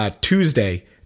Tuesday